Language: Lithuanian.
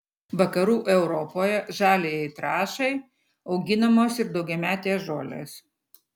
vakarų europoje žaliajai trąšai auginamos ir daugiametės žolės